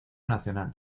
nacional